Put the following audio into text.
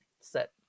set